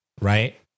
Right